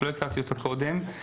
שלא הכרתי אותה קודם.